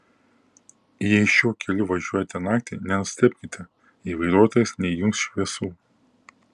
jei šiuo keliu važiuojate naktį nenustebkite jei vairuotojas neįjungs šviesų